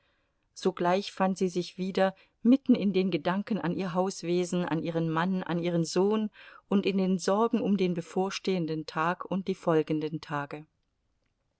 sogleich fand sie sich wieder mitten in den gedanken an ihr hauswesen an ihren mann an ihren sohn und in den sorgen um den bevorstehenden tag und die folgenden tage